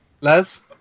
Les